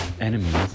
enemies